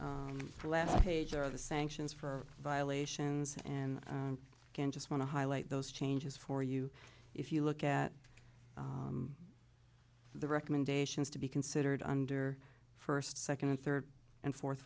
or less pager of the sanctions for violations and again just want to highlight those changes for you if you look at the recommendations to be considered under first second and third and fourth